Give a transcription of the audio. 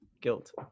guilt